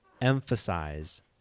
emphasize